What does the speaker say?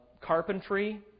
carpentry